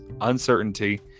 uncertainty